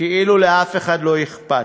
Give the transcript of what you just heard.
כאילו לאף אחד לא אכפת.